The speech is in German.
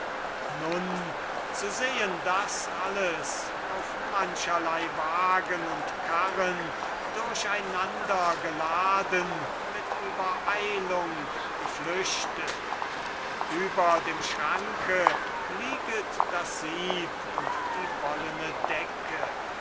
nun zu sehen das alles auf mancherlei wagen und karren durcheinander geladen mit übereilung geflüchtet über dem schranke lieget das sieb und die wollene decke